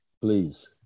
please